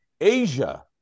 Asia